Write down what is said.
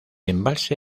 embalse